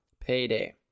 payday